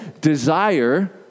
desire